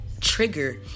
trigger